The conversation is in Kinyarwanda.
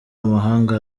amahanga